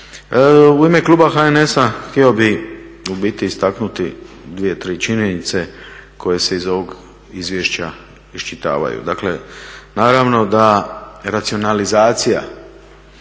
U ime kluba HNS-a htio bih u biti istaknuti dvije, tri činjenice koje se iz ovog izvješća iščitavaju. Dakle, naravno da racionalizacija,